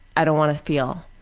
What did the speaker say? i don't want to feel.